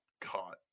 caught